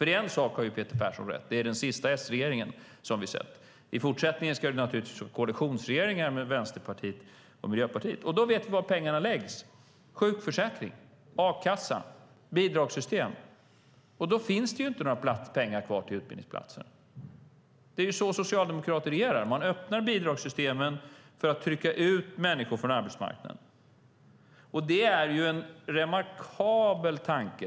En sak har Peter Persson rätt i: Vi har sett den sista S-regeringen. I fortsättningen blir det koalitionsregeringar med Vänsterpartiet och Miljöpartiet. Då vet vi var pengarna läggs: sjukförsäkring, a-kassa och bidragssystem. Då finns det inte några pengar kvar till utbildningsplatser. Det är så socialdemokrater regerar. Man öppnar bidragssystemen för att trycka ut människor från arbetsmarknaden. Det är en remarkabel tanke.